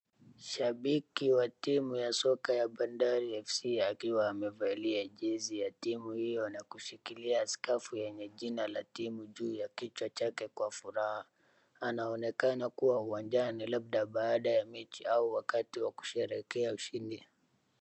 Shabiki wa timu ya soka ya Bandari F.C akiwa amevalia jezi ya timu hiyo na kushikilia skafu yenye jina la timu juu ya kichwa chake kwa furaha. Anaonekana kuwa uwanjani labda baada ya mechi au wakati wa kusherehekea ushindi.